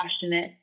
passionate